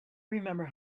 remember